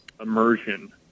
immersion